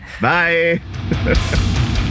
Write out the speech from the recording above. Bye